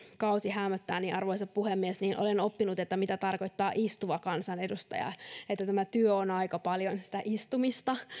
häämöttää arvoisa puhemies olen oppinut mitä tarkoittaa istuva kansanedustaja että tämä työ on aika paljon sitä istumista